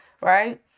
right